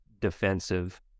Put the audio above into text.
defensive